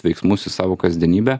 veiksmus į savo kasdienybę